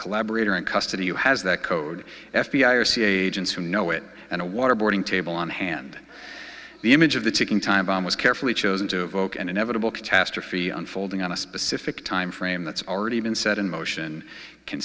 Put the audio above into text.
collaborator in custody who has that code f b i or cia agents who know it and a waterboarding table on hand the image of the ticking time bomb was carefully chosen to evoke an inevitable catastrophe unfolding on a specific time frame that's already been set in motion can